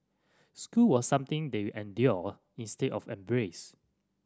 school was something they endured instead of embraced